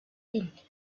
wind